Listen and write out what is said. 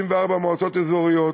54 מועצות אזוריות,